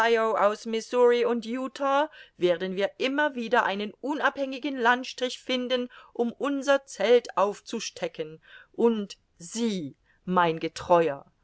aus missouri und utah werden wir immer wieder einen unabhängigen landstrich finden um unser zelt aufzustecken und sie mein getreuer